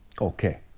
okay